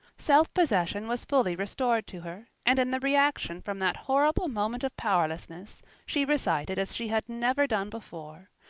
self-possession was fully restored to her, and in the reaction from that horrible moment of powerlessness she recited as she had never done before.